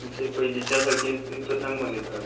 आमचे पयलींच्या सारके प्रथांक मनयतात